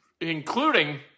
including